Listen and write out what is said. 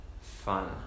fun